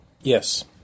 Yes